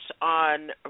on